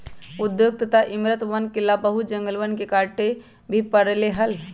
उद्योग तथा इमरतवन ला बहुत जंगलवन के काटे भी पड़ले हल